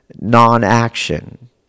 non-action